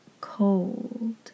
cold